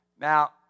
now